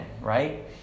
right